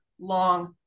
long